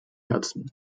herzen